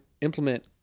implement